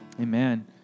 amen